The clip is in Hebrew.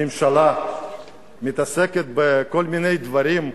שהממשלה מתעסקת בכל מיני דברים,